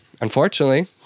unfortunately